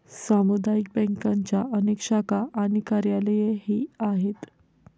सामुदायिक बँकांच्या अनेक शाखा आणि कार्यालयेही आहेत